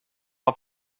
off